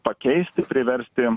pakeisti priversti